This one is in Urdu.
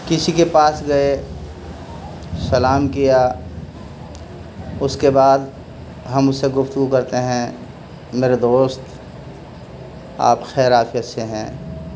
کسی کے پاس گئے سلام کیا اس کے بعد ہم اسے گفتگو کرتے ہیں میرے دوست آپ خیر آفیت سے ہیں